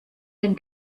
den